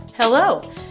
Hello